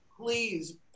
Please